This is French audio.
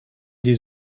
des